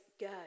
go